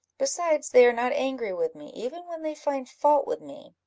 besides, they are not angry with me, even when they find fault with me,